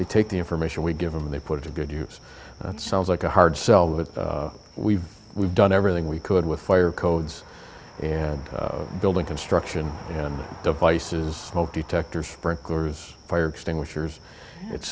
they take the information we give them and they put it to good use that sounds like a hard sell that we've we've done everything we could with fire codes and building construction and devices detectors sprinklers fire extinguishers it's